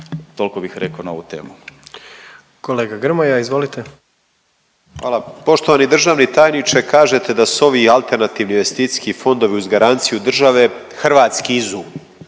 Kolega Grmoja izvolite. **Grmoja, Nikola (MOST)** Hvala. Poštovani državni tajniče, kažete da su ovi alternativni investicijski fondovi uz garanciju države hrvatski izum